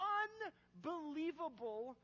unbelievable